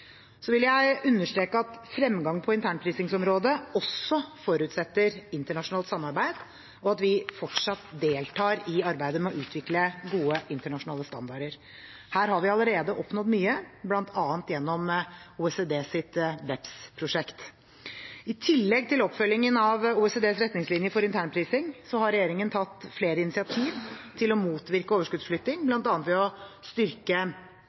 Så vil jeg understreke at fremgang på internprisingsområdet også forutsetter internasjonalt samarbeid, og at vi fortsatt deltar i arbeidet med å utvikle gode internasjonale standarder. Her har vi allerede oppnådd mye, bl.a. gjennom OECDs BEPS-prosjekt. I tillegg til oppfølging av OECDs retningslinjer for internprising har regjeringen tatt flere initiativ til å motvirke overskuddsflytting, bl.a. ved å styrke